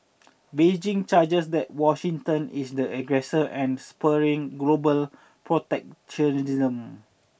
Beijing charges that Washington is the aggressor and spurring global protectionism